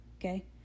okay